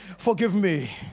forgive me.